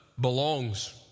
belongs